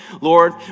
Lord